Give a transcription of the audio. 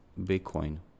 Bitcoin